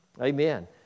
Amen